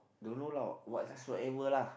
don't know lah whatsoever lah